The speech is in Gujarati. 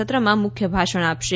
સત્રમાં મુખ્ય ભાષણ આપશે